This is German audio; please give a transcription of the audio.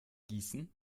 gießen